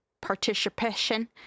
participation